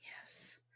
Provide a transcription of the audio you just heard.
Yes